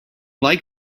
like